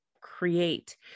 create